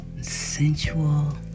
sensual